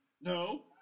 No